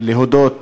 להודות